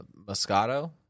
Moscato